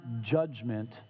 judgment